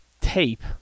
tape